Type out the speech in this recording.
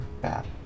bad